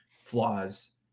flaws